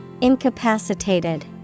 Incapacitated